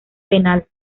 penal